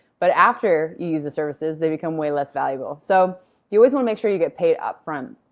but after you use the services they become way less valuable. so you always wanna make sure you get paid upfront.